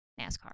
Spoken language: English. NASCAR